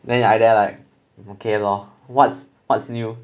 then I there like okay lor what's what's new